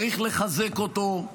צריך לחזק אותו.